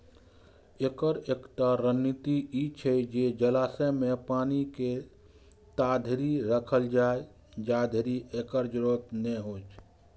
एकर एकटा रणनीति ई छै जे जलाशय मे पानि के ताधरि राखल जाए, जाधरि एकर जरूरत नै हो